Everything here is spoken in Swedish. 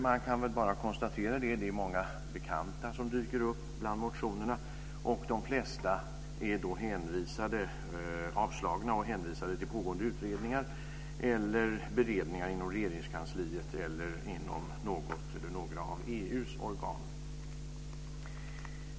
Man kan bara konstatera att det är många gamla bekanta som dyker upp bland motionerna, och de flesta är avstyrkta och hänvisade till pågående utredningar eller beredningar inom Regeringskansliet eller inom något eller några av EU:s organ.